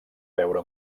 beure